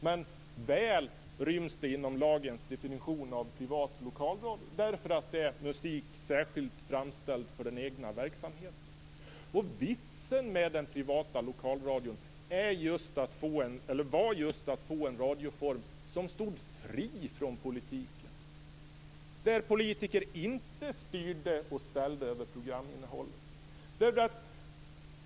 Men det ryms väl inom lagens definition av privat lokalradio, eftersom det är musik särskilt framställd för den egna verksamheten. Vitsen med den privata lokalradion var just att få en radioform som stod fri från politiken där politiker inte styrde och ställde över programinnehållet.